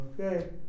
Okay